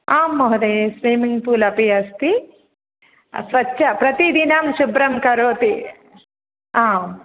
आं महोदये swimming pool अपि अस्ति स्वच्छ प्रतिदिनं शुभ्रं करोति आम्